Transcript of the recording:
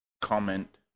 comment